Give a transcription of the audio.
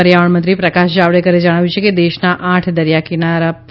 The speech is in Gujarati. પર્યાવરણ મંત્રી પ્રકાશ જાવડેકરે જણાવ્યું છે કે દેશના આઠ દરિયાકાંઠા પર